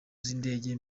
z’indege